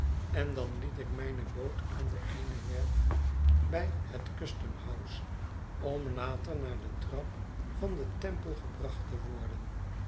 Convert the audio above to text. en dan liet ik mijne boot aan eene werf bij het custom house om later naar de trap van den temple gebracht te worden